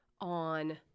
on